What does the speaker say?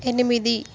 ఎనిమిది